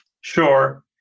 Sure